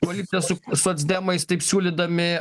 koaliciją su socdemais taip siūlydami